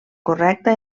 correcta